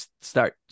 start